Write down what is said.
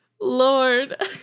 Lord